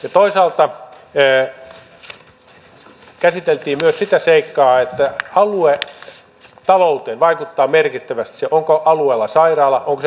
toisaalta käsiteltiin myös sitä seikkaa että aluetalouteen vaikuttaa merkittävästi se onko alueella sairaala onko se päivystävä sairaala